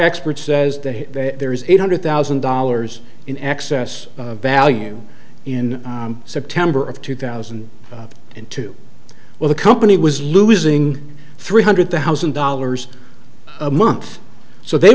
expert says that there is eight hundred thousand dollars in excess value in september of two thousand and two well the company was losing three hundred thousand dollars a month so they